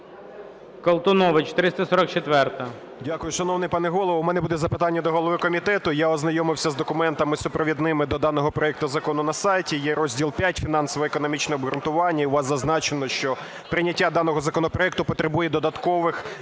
Дякую, шановний пане Голово. У мене буде запитання до голови комітету. Я ознайомився з документами супровідними до даного закону на сайті, є розділ п'ять "Фінансово-економічне обґрунтування". І у вас зазначено, що прийняття даного законопроекту потребує додаткових витрат